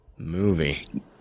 movie